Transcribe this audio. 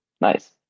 Nice